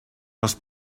los